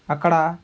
అక్కడ